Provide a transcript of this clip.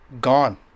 gone